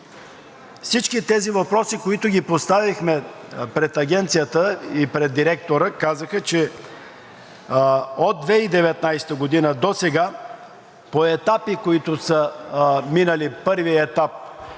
всички тези въпроси, които поставихме пред Агенцията и пред директора, казаха, че от 2019 г. досега по етапи, които са минали – първият етап